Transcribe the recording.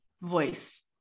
voice